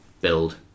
build